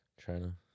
China